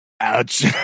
Ouch